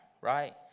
Right